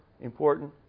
important